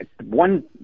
one